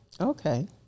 Okay